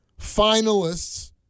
finalists